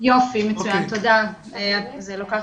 יועץ משפטי של איזה משרד, כדי שבסוף זה לא יישאר